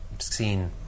Seen